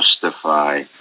justify